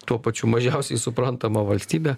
tuo pačiu mažiausiai suprantamą valstybę